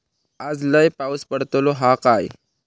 आज लय पाऊस पडतलो हा काय?